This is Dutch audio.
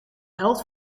helft